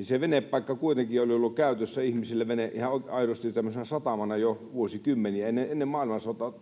Se venepaikka oli kuitenkin ollut käytössä ihmisillä ihan aidosti tämmöisenä satamana jo vuosikymmeniä, ennen toista maailmansotaa